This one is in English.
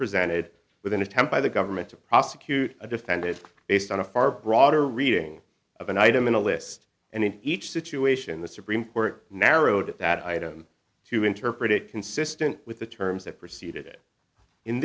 presented with an attempt by the government to prosecute a defendant based on a far broader reading of an item in a list and in each situation the supreme court narrowed at that item to interpret it consistent with the terms that preceded i